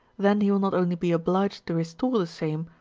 then he will not only be obliged to restore the same,